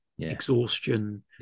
Exhaustion